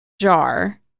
jar